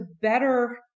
better